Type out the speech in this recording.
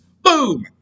Boom